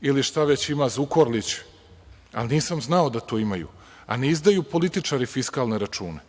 ili šta već ima Zukorlić, ali nisam znao da to imaju. Ne izdaju političari fiskalne račune.